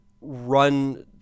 run